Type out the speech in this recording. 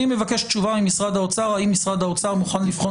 אני מבקש תשובה ממשרד האוצר האם משרד האוצר מוכן לבחון